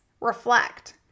Reflect